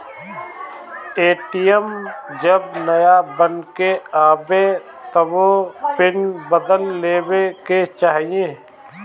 ATM जब नाया बन के आवे तबो पिन बदल लेवे के चाही